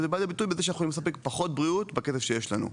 וזה בא לידי ביטוי שאנחנו יכולים לספק פחות בריאות בכסף שיש לנו.